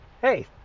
Hey